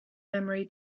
memory